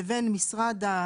לבין משרד,